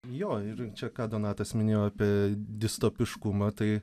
jo ir čia ką donatas minėjo apie distopiškumą tai